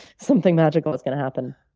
something magical is gonna happen.